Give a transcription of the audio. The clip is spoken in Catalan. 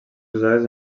usades